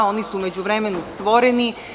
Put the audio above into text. Oni su u međuvremenu stvoreni.